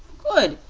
good!